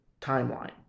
timeline